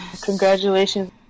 Congratulations